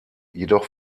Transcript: jedoch